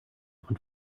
und